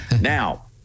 Now